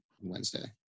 Wednesday